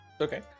okay